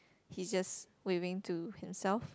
he just waving to himself